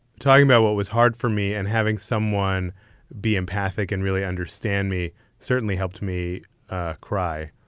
talking about what was hard for me and having someone be empathic and really understand me certainly helped me ah cry.